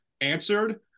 answered